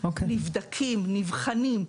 נבחנים,